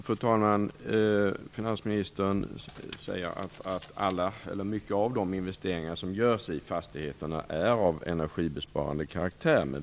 Fru talman! Finansministern säger att mycket av de investeringar som görs i fastigheterna är av energibesparande karaktär.